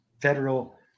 federal